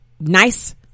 nice